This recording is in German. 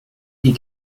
die